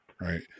Right